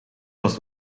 was